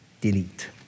delete